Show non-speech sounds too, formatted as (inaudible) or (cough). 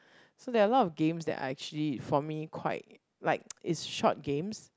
so there are a lot of games that are actually for me quite like (noise) it's short games